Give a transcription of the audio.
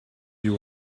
you